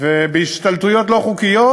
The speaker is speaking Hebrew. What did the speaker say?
בהשתלטויות לא חוקיות,